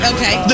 Okay